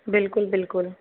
ਬਿਲਕੁਲ ਬਿਲਕੁਲ